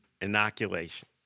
inoculation